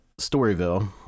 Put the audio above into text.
Storyville